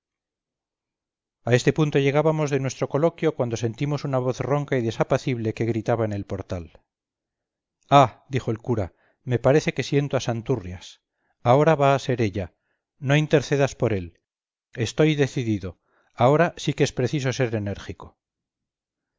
a este punto llegábamos de nuestro coloquio cuando sentimos una voz ronca y desapacible que gritaba en el portal ah dijo el cura me parece que siento a santurrias ahora va a ser ella no intercedas por él estoy decidido ahora sí que es preciso ser enérgico